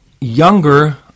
younger